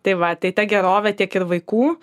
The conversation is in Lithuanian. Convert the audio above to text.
tai va tai ta gerovė tiek ir vaikų